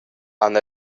han